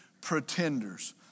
pretenders